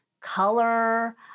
color